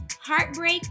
heartbreak